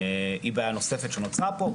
היא בעיה נוספת שנוצרה פה.